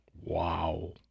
Wow